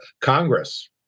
Congress